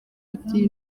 kuki